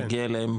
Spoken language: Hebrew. מגיע להם